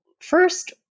first